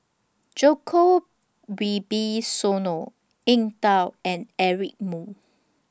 Djoko Wibisono Eng Tow and Eric Moo